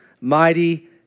mighty